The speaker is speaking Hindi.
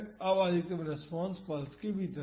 अब अधिकतम रेस्पॉन्स पल्स के भीतर है